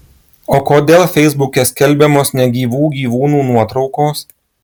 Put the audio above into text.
o kodėl feisbuke skelbiamos negyvų gyvūnų nuotraukos